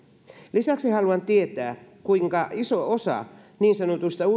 lisäksi haluan tietää kuinka iso osa niin sanotuista uusista